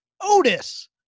Otis